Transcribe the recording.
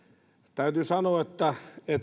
täytyy sanoa että